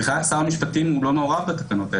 שר המשפטים לא מעורב בתקנות האלה.